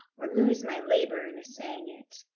or lose my labour in assaying it.